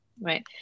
right